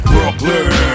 Brooklyn